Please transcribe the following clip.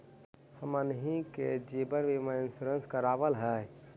हमनहि के जिवन बिमा इंश्योरेंस करावल है?